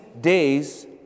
days